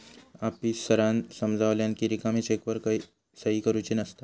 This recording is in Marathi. आफीसरांन समजावल्यानं कि रिकामी चेकवर सही करुची नसता